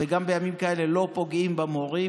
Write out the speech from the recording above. וגם בימים כאלה לא פוגעים במורים.